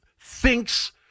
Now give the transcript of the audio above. thinks